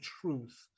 truth